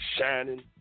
shining